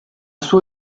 sua